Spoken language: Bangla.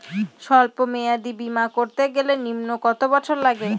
সল্প মেয়াদী বীমা করতে গেলে নিম্ন কত বছর লাগে?